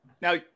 now